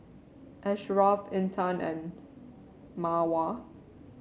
Ashraf Intan and Mawar